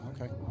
Okay